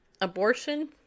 abortion